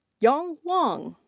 yang wang.